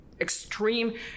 extreme